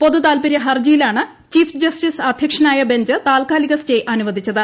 പൊതു താത്പര്യ ഹർജിയിലാണ് ചീഫ് ജസ്റ്റിസ് അധ്യക്ഷനായ ബഞ്ച് താത്ക്കാലിക സ്റ്റേ അനുവദിച്ചത്